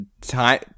Time